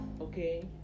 okay